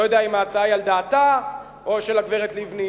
אני לא יודע אם ההצעה היא על דעתה של הגברת לבני,